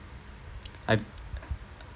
I've